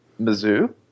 Mizzou